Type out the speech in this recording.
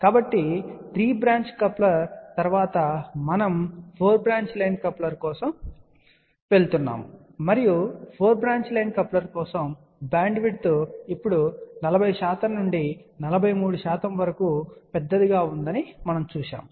కాబట్టి 3 branch coupler తరువాత మనము 4 బ్రాంచ్ లైన్ కప్లర్ కోసం వెళ్ళాము మరియు 4 బ్రాంచ్ లైన్ కప్లర్ కోసం బ్యాండ్విడ్త్ ఇప్పుడు 40 శాతం నుండి 43 శాతం వరకు చాలా పెద్దదిగా ఉందని మనము చూశాము